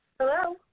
Hello